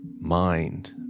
mind